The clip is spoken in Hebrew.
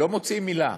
לא מוציאים מילה.